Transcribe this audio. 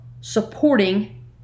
supporting